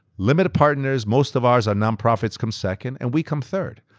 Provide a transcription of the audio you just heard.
limited partners, most of are non-profits, come second, and we come third.